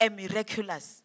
miraculous